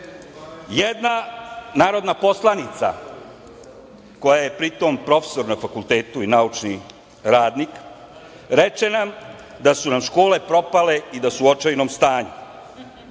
narodna poslanica, koja je pri tom profesor na fakultetu i naučni radnik, reče nam da su nam škole propale i da su u očajnom stanju.